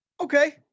Okay